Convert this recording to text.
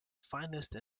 finest